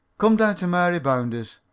come down to mary bounder's.